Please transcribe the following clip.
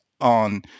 on